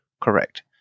Correct